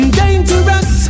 dangerous